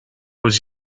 was